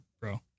bro